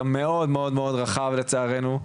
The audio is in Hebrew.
המאוד מאוד רחב לצערנו,